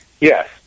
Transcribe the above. Yes